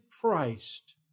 Christ